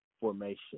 formation